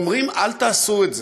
שאומרים: אל תעשו את זה.